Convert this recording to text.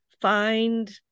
Find